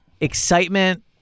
excitement